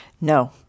No